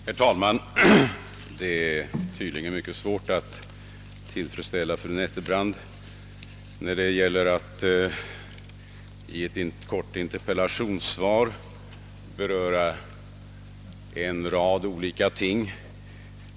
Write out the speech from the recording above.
Herr talman! Det är tydligen mycket svårt att tillfredsställa fru Nettelbrandt, när det gäller att i ett kort interpellationssvar beröra en rad olika ting.